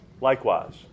Likewise